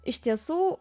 iš tiesų